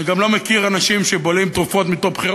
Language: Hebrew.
אני גם לא מכיר אנשים שבולעים תרופות מתוך בחירה,